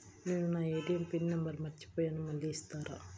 నేను నా ATM pin number మర్చిపోయాను మళ్ళీ ఇస్తారా?